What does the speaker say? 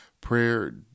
prayer